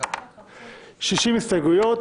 60 הסתייגויות